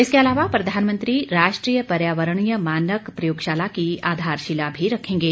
इसके अलावा प्रधानमंत्री राष्ट्रीय पर्यावरणीय मानक प्रयोगशाला की आधारशिला भी रखेगें